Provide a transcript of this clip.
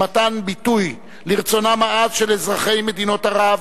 במתן ביטוי לרצונם העז של אזרחי מדינות ערב,